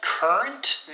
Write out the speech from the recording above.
Current